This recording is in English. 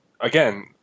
Again